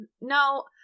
No